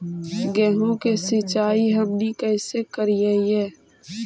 गेहूं के सिंचाई हमनि कैसे कारियय?